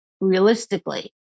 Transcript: realistically